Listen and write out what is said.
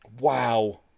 Wow